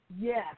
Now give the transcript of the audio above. yes